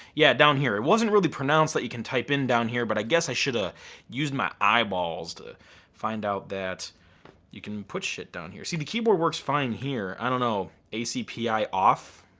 yeah, down here. it wasn't really pronounced that you can type in down here but i guess i should have ah used my eyeballs to find out that you can put shit down here. see the keyboard works fine here. i don't know, acpi off?